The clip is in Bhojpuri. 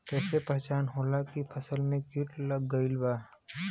कैसे पहचान होला की फसल में कीट लग गईल बा?